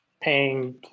paying